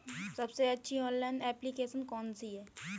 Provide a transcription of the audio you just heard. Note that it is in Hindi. सबसे अच्छी ऑनलाइन एप्लीकेशन कौन सी है?